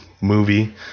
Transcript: movie